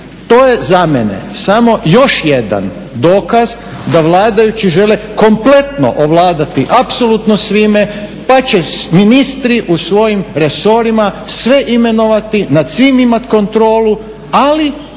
To je za mene samo još jedan dokaz da vladajući žele kompletno ovladati apsolutno svime pa će ministri u svojim resorima sve imenovati, nad svim imati kontrolu, ali